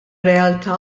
realtà